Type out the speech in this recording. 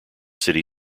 city